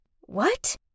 What